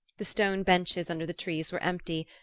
the stone benches under the trees were empty,